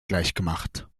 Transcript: gleichgemacht